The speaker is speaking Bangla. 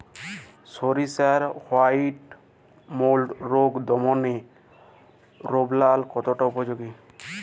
সরিষার হোয়াইট মোল্ড রোগ দমনে রোভরাল কতটা উপযোগী?